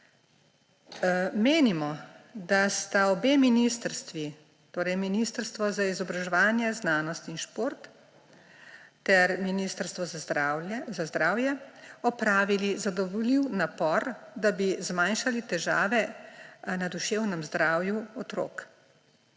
Menimo, da sta obe ministrstvi, torej Ministrstvo za izobraževanje, znanost in šport ter Ministrstvo za zdravje, opravili zadovoljiv napor, da bi zmanjšali težave na duševnem zdravju otrok.